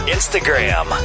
Instagram